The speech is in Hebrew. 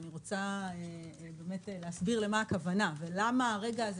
אני רוצה להסביר מה הכוונה ולמה הרגע הזה